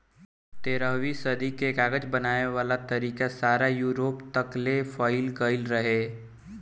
तेरहवीं सदी में कागज बनावे वाला तरीका सारा यूरोप तकले फईल गइल रहे